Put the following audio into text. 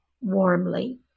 warmly